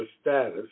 status